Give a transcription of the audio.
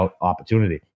opportunity